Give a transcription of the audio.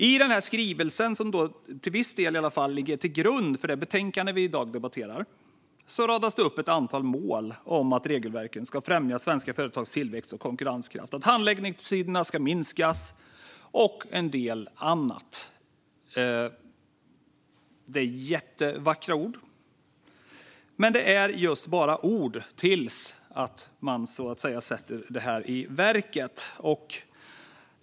I den här skrivelsen, som i alla fall till viss del ligger till grund för det betänkande vi i dag debatterar, radas det upp ett antal mål om att regelverken ska främja svenska företags tillväxt och konkurrenskraft, att handläggningstiderna ska minskas och en del annat. Det är jättevackra ord, men det är just bara ord tills man sätter detta i verket.